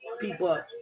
people